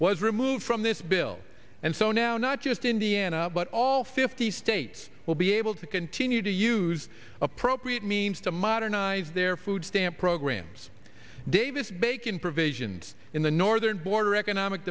was removed from this bill and so now not just indiana but all fifty states will be able to continue to use appropriate means to modernize their food stamp programs davis bacon provisions in the northern border economic